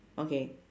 okay